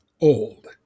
old